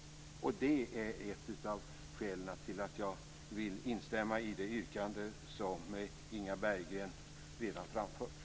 Det är ett av skälen till att jag vill instämma i det yrkande som Inga Berggren redan har framfört.